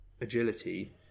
agility